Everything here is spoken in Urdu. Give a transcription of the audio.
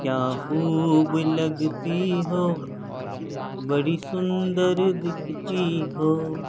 کیا خوب لگتی ہو بڑی سندر دکھتی ہو